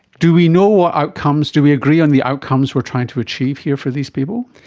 do we know what outcomes, do we agree on the outcomes we are trying to achieve here for these people?